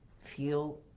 feel